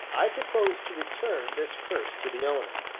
i propose to return this purse to the owner,